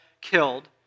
killed